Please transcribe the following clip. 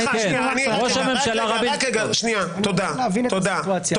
אני רוצה להבין את הסיטואציה.